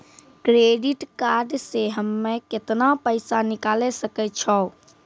Credit card से हम्मे केतना पैसा निकाले सकै छौ?